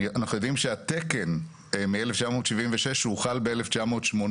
שהתקן מ-1976 שהוחל ב-1980,